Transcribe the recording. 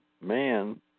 man